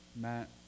Matt